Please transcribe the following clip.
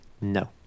No